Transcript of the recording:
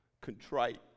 contrite